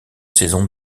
saisons